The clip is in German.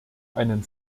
einen